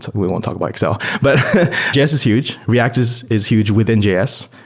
we won't talk about excel. but js is huge. react is is huge within js.